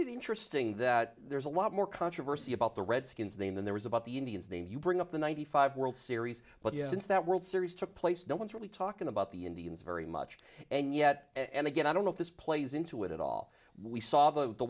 it interesting that there's a lot more controversy about the redskins name than there was about the indians name you bring up the ninety five world series but since that world series took place no one's really talking about the indians very much and yet and again i don't know if this plays into it at all we saw the